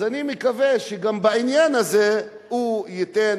אז אני מקווה שגם בעניין הזה הוא ייתן